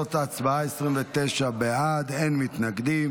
בהצבעה הקודמת הצבעתי בטעות מהעמדה של